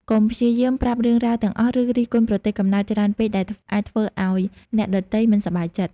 កុំព្យាយាមប្រាប់រឿងរ៉ាវទាំងអស់ ឬរិះគន់ប្រទេសកំណើតច្រើនពេក ដែលអាចធ្វើឱ្យអ្នកដទៃមិនសប្បាយចិត្ត។